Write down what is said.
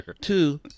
Two